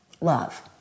love